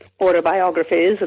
autobiographies